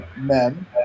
men